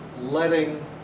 letting